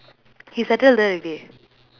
he settle there already